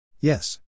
Yes